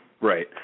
Right